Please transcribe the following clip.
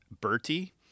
Bertie